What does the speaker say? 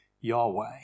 Yahweh